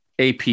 AP